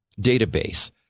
database